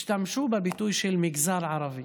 השתמשו בביטוי "מגזר ערבי",